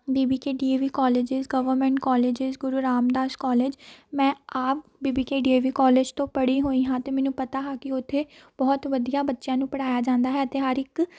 we V K D A V colleges government colleges Guru Ramdas college ਮੈਂ ਆਪ V V K D A V college ਤੋਂ ਪੜ੍ਹੀ ਹੋਈ ਹਾਂ ਅਤੇ ਮੈਨੂੰ ਪਤਾ ਹੈ ਕਿ ਉੱਥੇ ਬਹੁਤ ਵਧੀਆ ਬੱਚਿਆਂ ਨੂੰ ਪੜ੍ਹਾਇਆ ਜਾਂਦਾ ਹੈ ਅਤੇ ਹਰ ਇੱਕ